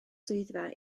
swyddfa